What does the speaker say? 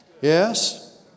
Yes